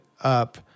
up